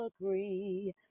agree